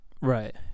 Right